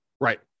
right